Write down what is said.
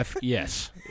Yes